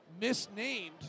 misnamed